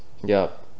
ya